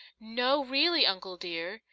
no, really, uncle dear.